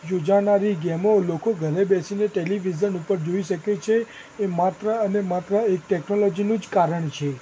યોજાનારી ગેમો લોકો ઘરે બેસીને ટૅલિવિઝન ઉપર જોઈ શકે છે એ માત્ર અને માત્ર એ ટૅકનોલોજીનું જ કારણ છે